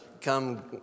come